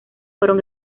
fueron